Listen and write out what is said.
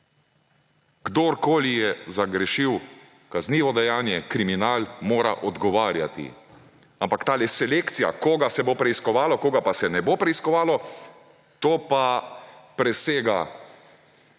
Kdorkoli je zagrešil kaznivo dejanje, kriminal, mora odgovarjati! Ampak tale selekcija, koga se bo preiskovalo, koga pa se ne bo preiskovalo, to pa presega moje